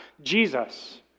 Jesus